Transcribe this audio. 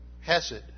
hesed